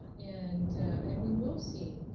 and and we will see